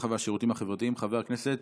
הרווחה והשירותים החברתיים חבר הכנסת